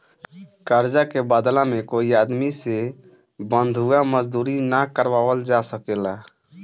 कर्जा के बदला में कोई आदमी से बंधुआ मजदूरी ना करावल जा सकेला